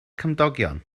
cymdogion